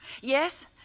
yes